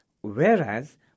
Whereas